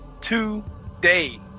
today